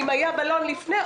אם היה בלון לפני,